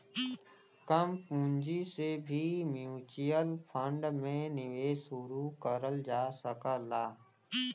कम पूंजी से भी म्यूच्यूअल फण्ड में निवेश शुरू करल जा सकला